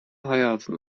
hayatını